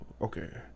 okay